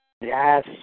Yes